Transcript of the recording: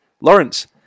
Lawrence